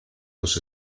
los